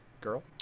girl